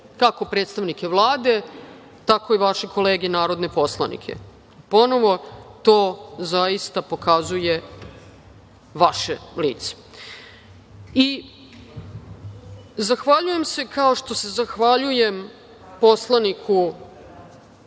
kako predstavnike Vlade, tako i vaše kolege narodne poslanike. Ponovo, to zaista pokazuje vaše lice. Zahvaljujem se, kao što se zahvaljujem poslaniku